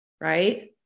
Right